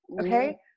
okay